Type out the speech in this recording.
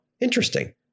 Interesting